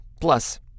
Plus